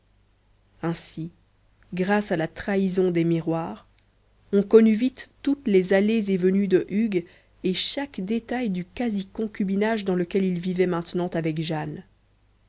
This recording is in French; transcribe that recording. ainsi grâce à la trahison des miroirs on connut vite toutes les allées et venues de hugues et chaque détail du quasi concubinage dans lequel il vivait maintenant avec jane